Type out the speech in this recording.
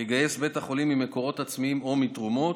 יגייס בית החולים ממקורות עצמיים או מתרומות.